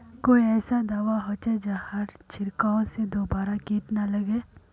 कोई ऐसा दवा होचे जहार छीरकाओ से दोबारा किट ना लगे?